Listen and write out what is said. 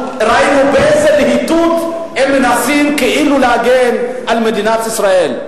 ראינו באיזה להיטות הם מנסים כאילו להגן על מדינת ישראל.